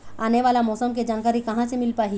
आने वाला मौसम के जानकारी कहां से मिल पाही?